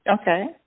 Okay